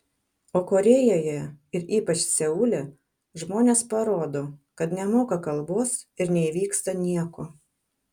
o korėjoje ir ypač seule žmonės parodo kad nemoka kalbos ir neįvyksta nieko